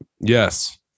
Yes